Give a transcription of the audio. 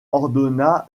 ordonna